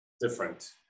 different